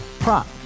Prop